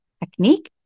technique